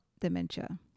dementia